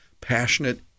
passionate